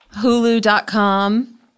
Hulu.com